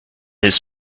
his